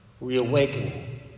reawakening